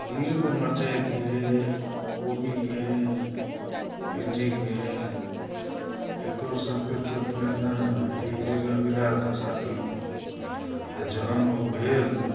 वीरके मिरचाइके कोबीके भिंडीके एकरसभके तऽ पहिने एक जगह बिया आर खसा देलहुँ आ जहन ओ भेल